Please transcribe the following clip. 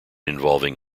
involving